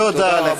תודה רבה.